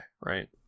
right